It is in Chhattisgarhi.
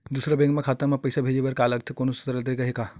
दूसरा बैंक के खाता मा पईसा भेजे बर का लगथे कोनो सरल तरीका हे का?